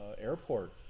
airport